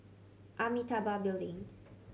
Amitabha Building